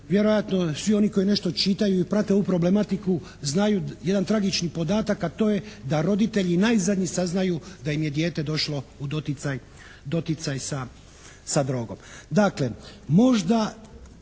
vjerojatno svi oni koji nešto čitaju i prate ovu problematiku znaju jedan tragični podatak, a to je da roditelji najzadnji saznaju da im je dijete došlo u doticaj sa drogom.